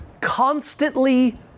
constantly